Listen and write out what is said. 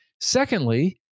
Secondly